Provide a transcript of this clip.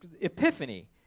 epiphany